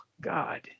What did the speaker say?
God